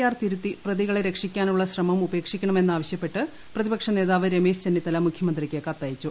R തിരുത്തി പ്രതികളെ രക്ഷിക്കാനുള്ള ശ്രമം ഉപ്പേക്ഷിക്കണമെന്ന് ആവശ്യപ്പെട്ട് പ്രതിപക്ഷ നേതാവ് രമേശ് ചെന്നിത്തല മുഖ്യമന്ത്രിക്ക് കത്ത് അയച്ചു